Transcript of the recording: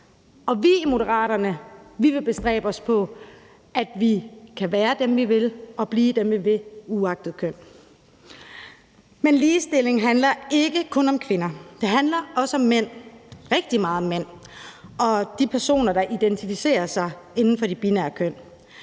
Vi i Moderaterne vil bestræbe os på, at vi kan være dem, vi vil, og blive dem, vi vil, uagtet køn. Men ligestilling handler ikke kun om kvinder. Det handler også om mænd – rigtig meget om mænd og de personer, der identificerer sig inden for de nonbinære køn.